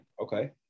Okay